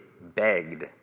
begged